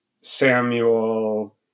Samuel